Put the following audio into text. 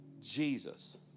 Jesus